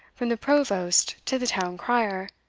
from the provost to the town-crier,